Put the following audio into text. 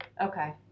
Okay